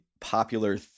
popular